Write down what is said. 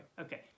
Okay